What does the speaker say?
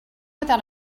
without